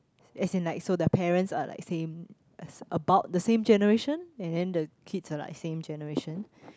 as in like so their parents are like same about the same generation and then the kids are like same generation